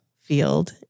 field